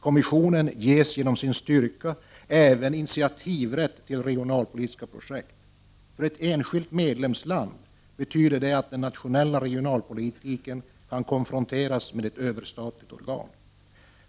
Kommissionen ges genom sin styrka även initiativrätt till regionalpolitiska projekt. För ett enskilt medlemsland betyder det att den nationella regionalpolitiken kan konfronteras med ett överstatligt organ.